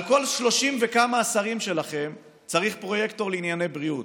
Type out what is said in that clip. על כל 30 וכמה השרים שלכם צריך פרויקטור לענייני בריאות.